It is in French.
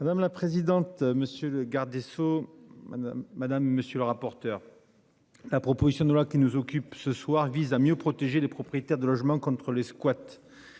Madame la présidente, monsieur le garde des Sceaux. Madame, monsieur le rapporteur. La proposition de loi qui nous occupe ce soir vise à mieux protéger les propriétaires de logements contre les squats.